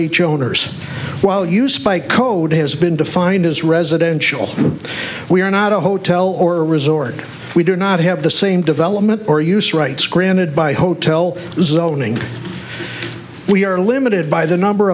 each owner's well used by code has been defined as residential we are not a hotel or a resort we do not have the same development or use rights granted by hotel zoning we are limited by the number